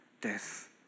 death